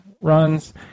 runs